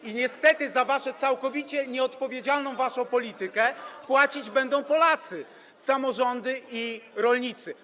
I niestety za waszą całkowicie nieodpowiedzialną politykę płacić będą Polacy: samorządy i rolnicy.